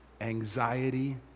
Anxiety